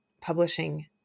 publishing